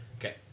Okay